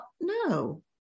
No